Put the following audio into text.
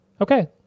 Okay